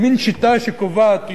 מין שיטה שקובעת,